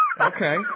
Okay